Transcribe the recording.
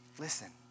Listen